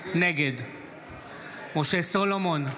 נגד משה סולומון,